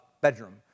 bedroom